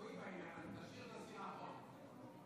תשאיר את הסירחון כמו שהוא.